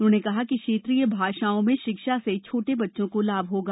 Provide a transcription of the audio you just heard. उन्होंने कहा कि क्षेत्रीय भाषाओं में शिक्षा से छोटे बच्चों को लाभ होगा